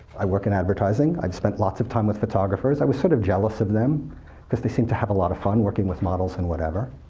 i work in advertising, i've spent lots of time with photographers, i was sort of jealous of them because they seem to have a lot of fun working with models and whatever.